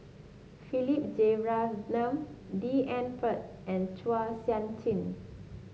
Philip Jeyaretnam D N Pritt and Chua Sian Chin